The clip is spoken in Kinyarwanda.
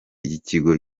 y’ikigo